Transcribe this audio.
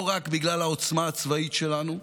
לא רק בגלל העוצמה הצבאית שלנו,